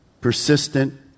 persistent